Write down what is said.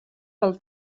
pel